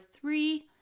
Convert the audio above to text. three